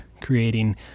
creating